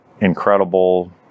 incredible